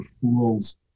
fools